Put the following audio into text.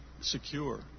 secure